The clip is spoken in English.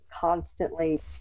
constantly